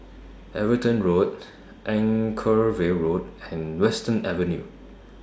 Everton Road Anchorvale Road and Western Avenue